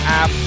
app